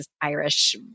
Irish